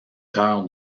cœur